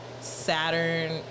Saturn